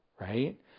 right